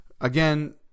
again